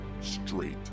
straight